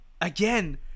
Again